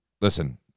listen